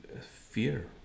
fear